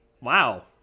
wow